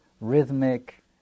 rhythmic